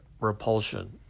repulsion